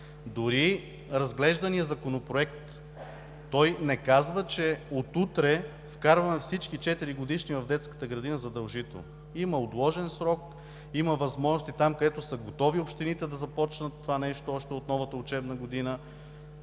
Дори разглежданият законопроект не казва, че от утре вкарваме всички 4-годишни в детската градина задължително. Има отложен срок. Има възможности там, където са готови общините, да започнат това нещо още от новата учебна година.